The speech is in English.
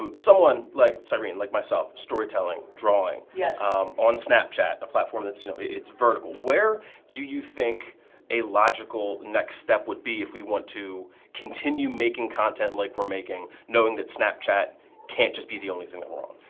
um someone like cyrene, like myself, storytelling, drawing yeah um on snapchat a platform you know it's vertical, where do you think a logical next step would be if we want to continue making content like we're making knowing the snapchat can't just be the only thing that we're on.